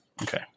Okay